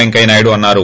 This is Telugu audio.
వెంకయ్యనాయుడు అన్నారు